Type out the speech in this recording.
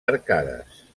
arcades